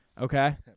Okay